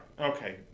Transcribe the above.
okay